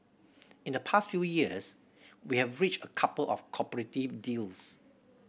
in the past few years we have reached a couple of cooperative deals